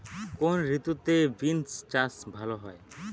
কোন ঋতুতে বিন্স চাষ ভালো হয়?